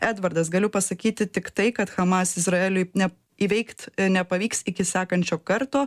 edvardas galiu pasakyti tiktai kad hamas izraeliui ne įveikt nepavyks iki sekančio karto